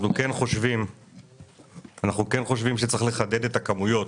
אנחנו כן חושבים שצריך לחדד את הכמויות.